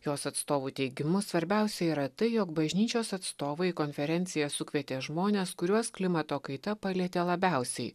jos atstovų teigimu svarbiausia yra tai jog bažnyčios atstovai į konferenciją sukvietė žmones kuriuos klimato kaita palietė labiausiai